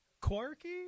quirky